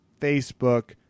Facebook